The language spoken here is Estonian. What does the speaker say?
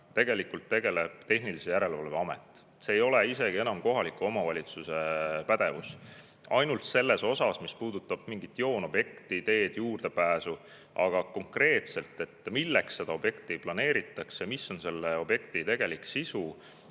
tegelikult tehnilise järelevalve amet. See ei ole enam isegi kohaliku omavalitsuse pädevus – ainult see osa, mis puudutab mingit joonobjekti, teed, juurdepääsu. Aga konkreetselt see, milleks seda objekti planeeritakse ja mis on selle objekti tegelik sisu,